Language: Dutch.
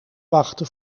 wachten